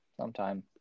sometime